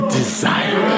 desire